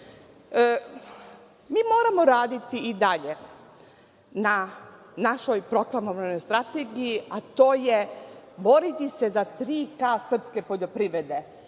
moramo raditi i dalje na našoj proklamovanoj strategiji, a to je boriti se za Tri K srpske poljoprivrede.